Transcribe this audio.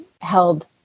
held